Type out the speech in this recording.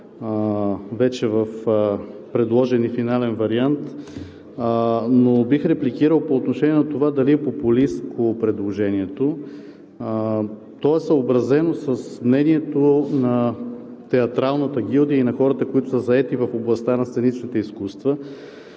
вече е предложен и във финален вариант, но бих репликирал по отношение на това дали е популистко предложението. То е съобразено с мнението на театралната гилдия и на хората, които са заети в областта на сценичните изкуства.